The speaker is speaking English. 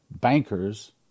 bankers